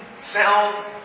sound